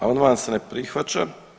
Amandman se ne prihvaća.